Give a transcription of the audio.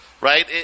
right